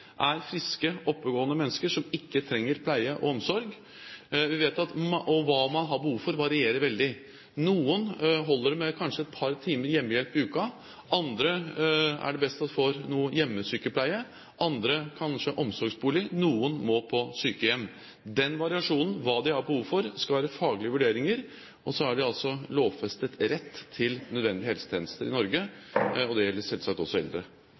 er friske, oppegående mennesker som ikke trenger pleie og omsorg, og hva man har behov for, varierer veldig. For noen holder det kanskje med et par timer hjemmehjelp i uken, for andre er det best å få noe hjemmesykepleie, andre kanskje omsorgsbolig, noen må på sykehjem. Den variasjonen, hva de har behov for – her skal det være faglige vurderinger. Så har vi altså lovfestet rett til nødvendige helsetjenester i Norge, og det gjelder selvsagt også eldre.